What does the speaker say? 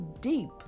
deep